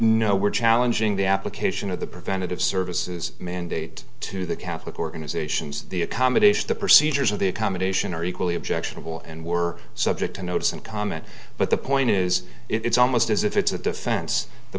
no we're challenging the application of the preventative services mandate to the catholic organizations the accommodation the procedures of the accommodation are equally objectionable and were subject to notice and comment but the point is it's almost as if it's a defense the